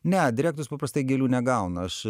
ne direktorius paprastai gėlių negaunu aš